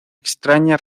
extraña